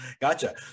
Gotcha